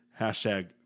Hashtag